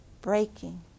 breaking